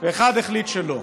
ואחד החליט שלא.